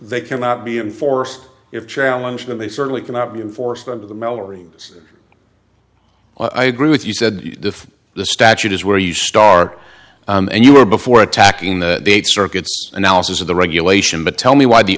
they cannot be in force if challenge and they certainly cannot be enforced under the mel arenas i agree with you said if the statute is where you start and you were before attacking the date circuits analysis of the regulation but tell me why the